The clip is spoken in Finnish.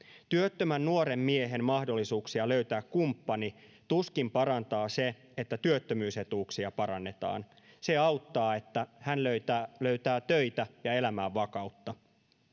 työttömän nuoren miehen mahdollisuuksia löytää kumppani tuskin parantaa se että työttömyysetuuksia parannetaan se auttaa että hän löytää löytää töitä ja elämään vakautta